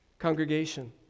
Congregation